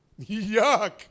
Yuck